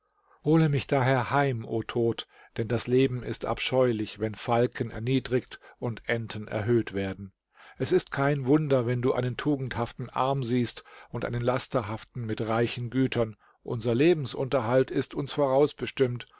hole mich daher heim o tod denn das leben ist abscheulich wenn falken erniedrigt und enten erhöht werden es ist kein wunder wenn du einen tugendhaften arm siehst und einen lasterhaften mit reichen gütern unser lebensunterhalt ist uns